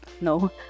no